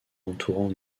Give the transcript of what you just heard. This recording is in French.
entourant